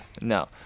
no